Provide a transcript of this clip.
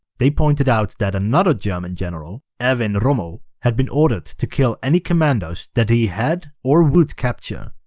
they pointed out that another german general, erwin rommel, had been ordered to kill any commandos that he had or would capture.